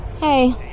Hey